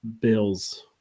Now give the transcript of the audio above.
Bills